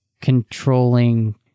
controlling